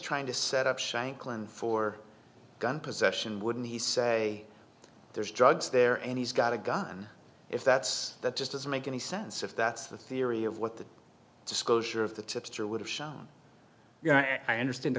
trying to set up shanklin for gun possession wouldn't he say there's drugs there and he's got a gun if that's that just doesn't make any sense if that's the theory of what the disclosure of the tipster would have shown you know i understand the